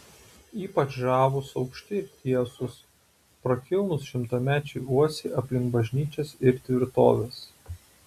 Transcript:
ypač žavūs aukšti ir tiesūs prakilnūs šimtamečiai uosiai aplink bažnyčias ir tvirtoves